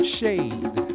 shade